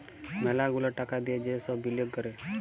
ম্যালা গুলা টাকা দিয়ে যে সব বিলিয়গ ক্যরে